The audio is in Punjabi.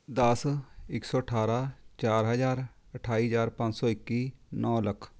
ਦਸ ਇੱਕ ਸੌ ਅਠਾਰਾਂ ਚਾਰ ਹਜ਼ਾਰ ਅਠਾਈ ਹਜ਼ਾਰ ਪੰਜ ਸੌ ਇੱਕੀ ਨੌਂ ਲੱਖ